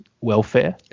welfare